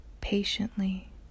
patiently